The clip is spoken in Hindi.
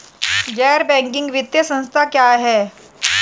गैर बैंकिंग वित्तीय संस्था क्या है?